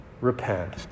Repent